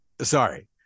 Sorry